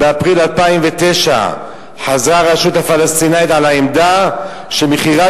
באפריל 2009 חזרה הרשות הפלסטינית על העמדה שמכירת